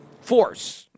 Force